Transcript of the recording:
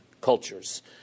cultures